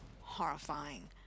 horrifying